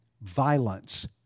violence